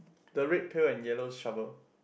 the red pail and yellow shovel